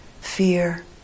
fear